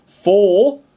Four